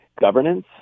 governance